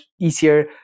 easier